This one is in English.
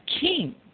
king